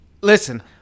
Listen